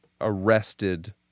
arrested